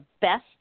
best